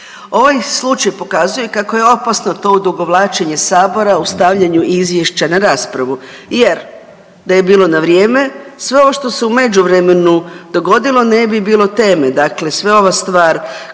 Ovaj slučaj pokazuje kako je opasno to odugovlačenje sabora u stavljanju izvješća na raspravu jer da je bilo na vrijeme sve ovo što se u međuvremenu dogodilo ne bi bilo teme, dakle sve ova stvar